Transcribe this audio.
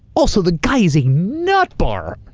also, the guy is a nutbar!